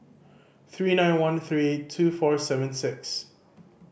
three nine one three two four seven six